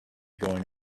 going